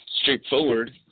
straightforward